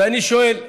ואני שואל,